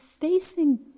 facing